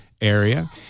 area